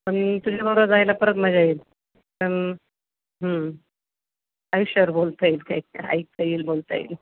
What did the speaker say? आणि तुझ्याबरोबर जायला परत मजा येईल पण हं आयुष्यावर बोलता येईल काही ऐकता येईल बोलता येईल